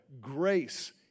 grace